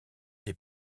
des